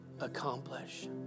accomplish